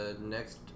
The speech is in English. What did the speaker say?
Next